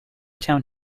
town